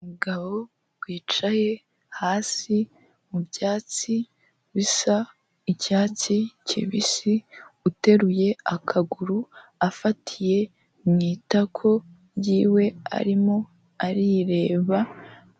Umugabo wicaye hasi mu byatsi bisa icyatsi kibisi, uteruye akaguru afatiye mu itako ry'iwe arimo arireba.